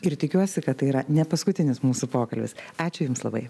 ir tikiuosi kad tai yra ne paskutinis mūsų pokalbis ačiū jums labai